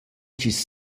chi’s